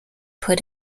put